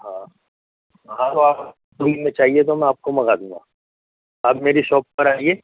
ہاں ہاں تو آپ دو تین دِن میں چاہیے تو میں آپ کو منگا دوں گا آپ میری شاپ پر آئیے